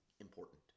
important